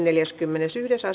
asia